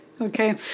okay